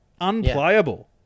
Unplayable